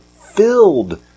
filled